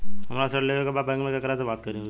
हमरा ऋण लेवे के बा बैंक में केकरा से बात करे के होई?